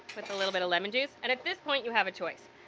with a little bit of lemon juice. and at this point you have a choice.